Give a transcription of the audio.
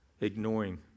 ignoring